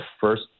first